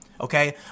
okay